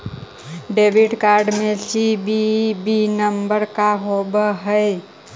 Debit card में CVV number का होव हइ?